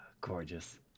Gorgeous